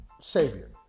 Savior